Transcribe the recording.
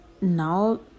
Now